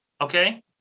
okay